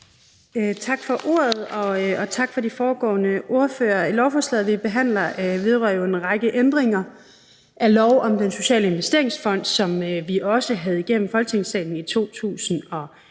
Tak for ordet, og tak til de foregående ordførere. Lovforslaget, vi behandler, vedrører jo en række ændringer af lov om Den Sociale Investeringsfond, som vi også havde igennem Folketingssalen i 2018.